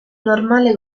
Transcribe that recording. normale